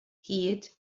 hyd